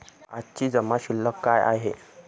आजची जमा शिल्लक काय आहे?